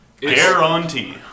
Guarantee